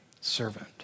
servant